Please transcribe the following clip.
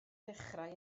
dechrau